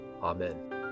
Amen